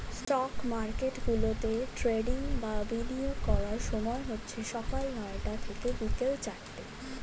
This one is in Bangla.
স্টক মার্কেটগুলোতে ট্রেডিং বা বিনিয়োগ করার সময় হচ্ছে সকাল নয়টা থেকে বিকেল চারটে